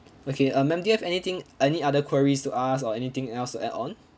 okay uh ma'am do you have anything any other queries to ask or anything else to add on